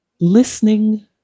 Listening